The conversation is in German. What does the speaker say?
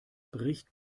bricht